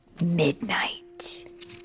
midnight